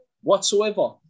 whatsoever